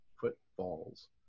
footfalls